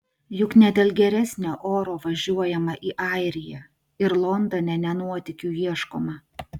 juk ne dėl geresnio oro važiuojama į airiją ir londone ne nuotykių ieškoma